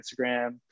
Instagram